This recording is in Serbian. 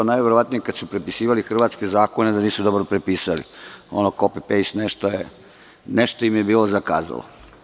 Najverovatnije kada su prepisivali Hrvatske zakone nisu dobro prepisali, ono kopi pejst, nešto im je bilo zakazalo.